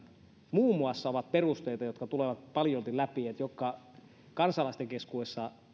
muun muassa ovat perusteita jotka tulevat paljolti läpi ja jotka kansalaisten keskuudessa